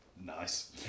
Nice